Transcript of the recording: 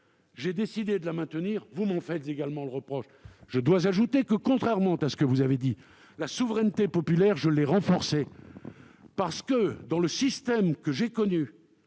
j'ai décidé de la maintenir. Vous m'en faites également le reproche ! Je dois ajouter que, contrairement à ce que vous avez dit, la souveraineté populaire, je l'ai renforcée. Dans le système que j'ai connu